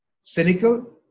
cynical